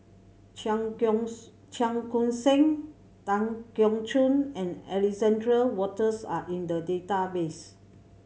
Cheong Cheong Koon Seng Tan Keong Choon and Alexander Wolters are in the database